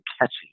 catchy